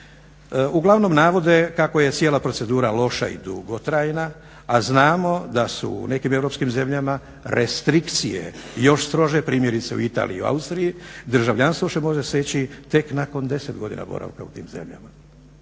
Uglavnom navode kako je cijela procedura loša i dugotrajna, a znamo da su u nekim europskim zemljama restrikcije još strože, primjerice u Italiji i Austriji. Državljanstvo se može steći tek nakon 10 godina boravka u tim zemljama.